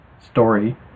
story